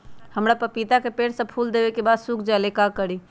हमरा पतिता के पेड़ सब फुल देबे के बाद सुख जाले का करी?